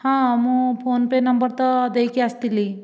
ହଁ ମୁଁ PhonePe number ତ ଦେଇକି ଆସିଥିଲି